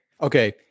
okay